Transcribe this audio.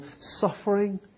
suffering